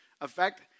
affect